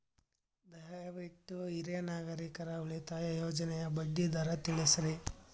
ದಯವಿಟ್ಟು ಹಿರಿಯ ನಾಗರಿಕರ ಉಳಿತಾಯ ಯೋಜನೆಯ ಬಡ್ಡಿ ದರ ತಿಳಸ್ರಿ